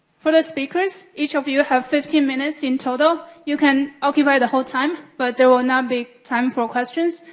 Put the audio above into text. for the speakers, each of you have fifteen minutes in total. you can occupy the whole time, but there will not be time for questions.